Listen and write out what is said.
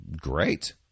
Great